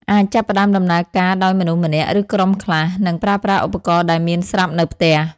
អាចចាប់ផ្តើមដំណើរការដោយមនុស្សម្នាក់ ឬក្រុមខ្លះ និងប្រើប្រាស់ឧបករណ៍ដែលមានស្រាប់នៅផ្ទះ។